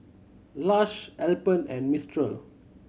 Lush Alpen and Mistral